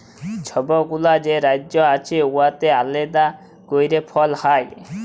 ছব গুলা যে রাজ্য আছে উয়াতে আলেদা ক্যইরে ফল হ্যয়